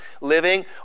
living